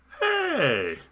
Hey